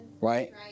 Right